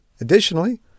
Additionally